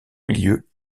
milieu